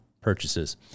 purchases